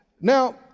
Now